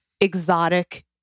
exotic